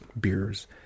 beers